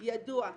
ידוע,